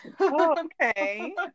Okay